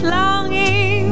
longing